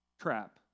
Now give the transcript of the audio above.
trap